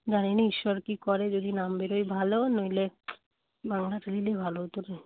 জানিনা ঈশ্বর কি করে যদি নাম বেরোয় ভালো নইলে বাংলাটা নিলেই ভালো হতো রে